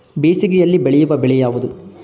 ಬೇಸಿಗೆಯಲ್ಲಿ ಬೆಳೆಯುವ ಬೆಳೆ ಯಾವುದು?